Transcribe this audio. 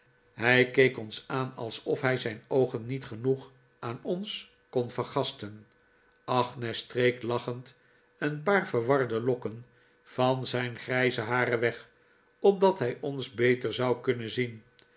hij keek ons aan alsof hij zijn oogen niet genoeg aan ons kon vergasten agnes streek lachend een paar verwarde lokken van zijn grijze haar weg op dat hij ons beter zou kunnen zien